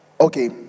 okay